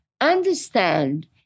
understand